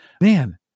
man